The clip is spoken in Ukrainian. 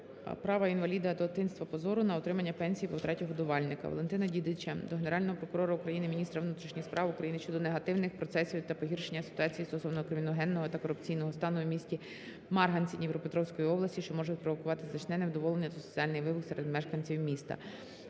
права інваліда дитинства по зору на отримання пенсії по втраті годувальника. Валентина Дідича до Генерального прокурора України, міністра внутрішніх справ України щодо негативних процесів та погіршення ситуації стосовно криміногенного та корупційного стану у місті Марганці Дніпропетровської області, що може спровокувати значне невдоволення та соціальний вибух серед мешканців міста.